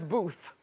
booth.